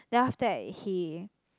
then after that he